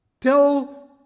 Tell